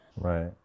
Right